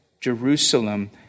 Jerusalem